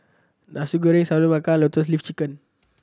Nasi Goreng Sagu Melaka Lotus Leaf Chicken